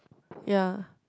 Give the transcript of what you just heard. ya